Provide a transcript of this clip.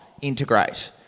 integrate